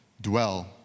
dwell